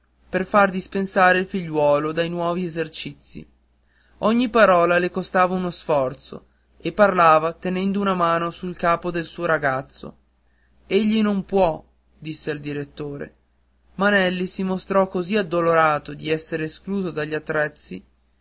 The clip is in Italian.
per far dispensare il figliuolo dai nuovi esercizi ogni parola le costava uno sforzo e parlava tenendo una mano sul capo del suo ragazzo egli non può disse al direttore ma nelli si mostrò così addolorato di essere escluso dagli attrezzi